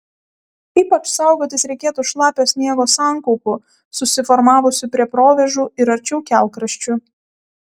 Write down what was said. ypač saugotis reikėtų šlapio sniego sankaupų susiformavusių prie provėžų ir arčiau kelkraščių